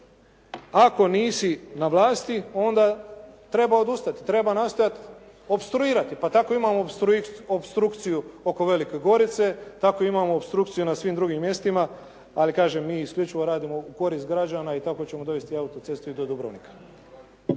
ako nisi na vlasti, onda treba odustati. Treba nastojati opstruirati. Pa tako imao opstrukciju oko Velike Gorice, tako imamo opstrukciju u svim drugim mjestima, ali kažem mi isključivo radimo u korist građana i kako ćemo dovesti autocestu i do Dubrovnika.